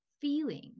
feeling